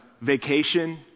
vacation